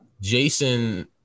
Jason